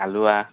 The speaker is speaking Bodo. आलुया